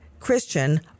Christian